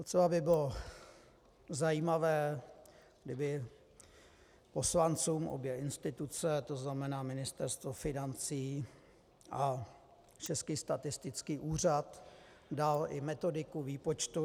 Docela by bylo zajímavé, kdyby poslancům obě instituce, tzn. Ministerstvo financí a Český statistický úřad, daly i metodiku výpočtu.